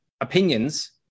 opinions